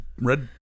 red